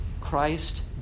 Christ